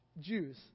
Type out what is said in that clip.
Jews